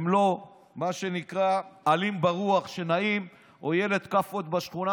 הם לא מה שנקרא עלים שנעים ברוח או ילד כאפות בשכונה,